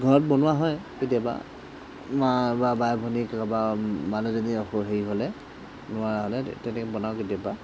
ঘৰত বনোৱা হয় কেতিয়াবা মা বা বাই ভণী বা মানুহজনীৰ অসু সেই হ'লে নোৱাৰা হ'লে তেনেকৈ বনাওঁ কেতিয়াবা